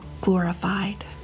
glorified